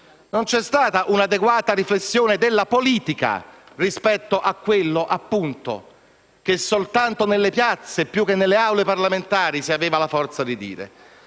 Non c'è stata un'adeguata riflessione della politica rispetto a quanto soltanto nelle piazze, più che nelle Assemblee parlamentari, si aveva la forza di dire.